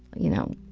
you know,